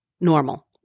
normal